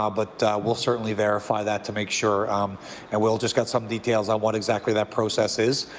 ah but we'll certainly clarify that to make sure and we'll just get some details on what exactly that process is,